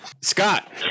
Scott